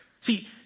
See